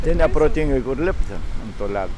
ir neprotingai kur lipti ant to ledo